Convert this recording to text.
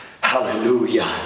Hallelujah